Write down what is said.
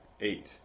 eight